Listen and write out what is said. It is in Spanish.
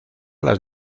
las